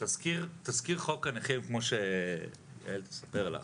תזכיר חוק הנכים כמו שיעל תספר לך,